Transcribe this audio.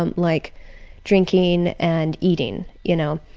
um like drinking and eating, you know,